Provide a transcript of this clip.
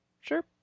Sure